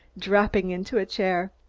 dropping into a chair.